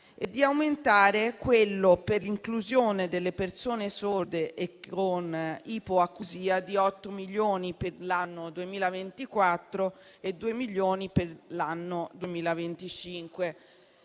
e di aumentare quello per l'inclusione delle persone sorde e con ipoacusia di 8 milioni per l'anno 2024 e 2 milioni per l'anno 2025.